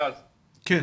תודה.